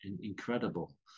Incredible